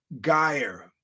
Geyer